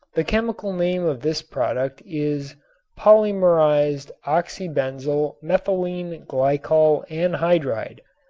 the chemical name of this product is polymerized oxybenzyl methylene glycol anhydride,